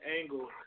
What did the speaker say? angle